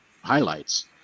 highlights